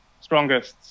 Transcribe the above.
strongest